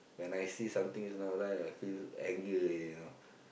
when I see something it's not right I feel anger already you know